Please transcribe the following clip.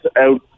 out